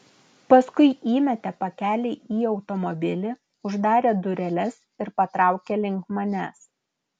paskui įmetė pakelį į automobilį uždarė dureles ir patraukė link manęs